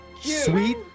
Sweet